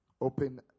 Open